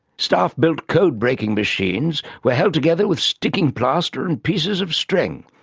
staff-built code-breaking machines were held together with sticking plaster and pieces of string.